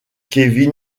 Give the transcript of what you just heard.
kevin